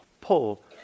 pull